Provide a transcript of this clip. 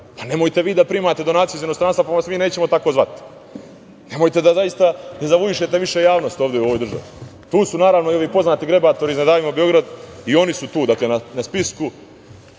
Nemojte vi da primate donacije iz inostranstva, pa vas mi nećemo tako zvati. Nemojte da dezavuišete više javnost ovde u ovoj državi. Tu su, naravno, i ovi poznati grebatori iz „Ne davimo Beograd“ i oni su tu na spisku.